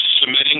submitting